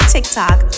TikTok